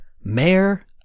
Mayor